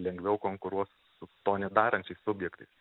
lengviau konkuruos su to nedarančiais subjektais